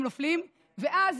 הם נופלים, ואז